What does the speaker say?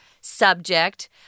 subject